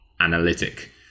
analytic